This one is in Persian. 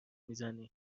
میزنی